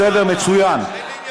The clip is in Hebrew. זה בסדר, מצוין.